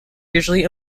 usually